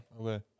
Okay